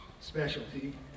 specialty